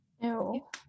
No